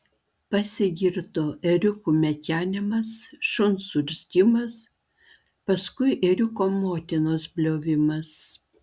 pasigirdo ėriuko mekenimas šuns urzgimas paskui ėriuko motinos bliovimas